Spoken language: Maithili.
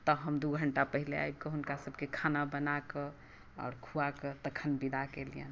तऽ हम दू घंटा पहिले आबि कऽ हुनका सबके खाना बना कऽ आओर खुआ कऽ तखन विदा केलियनि